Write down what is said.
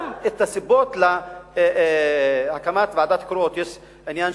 גם הסיבות להקמת ועדות קרואות יש העניין